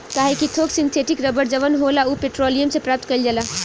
काहे कि थोक सिंथेटिक रबड़ जवन होला उ पेट्रोलियम से प्राप्त कईल जाला